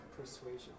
Persuasion